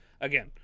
again